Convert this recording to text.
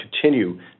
continue